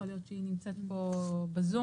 יכול להיות שהיא נמצאת פה בזום.